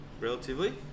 relatively